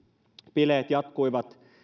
bileet jatkuivat